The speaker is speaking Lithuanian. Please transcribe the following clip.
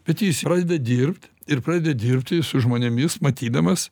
bet jis pradeda dirbt ir pradeda dirbti su žmonėmis matydamas